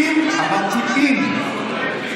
אין צורך, אם,